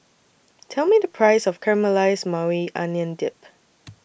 Tell Me The Price of Caramelized Maui Onion Dip